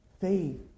faith